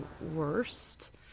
worst